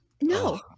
No